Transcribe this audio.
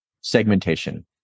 segmentation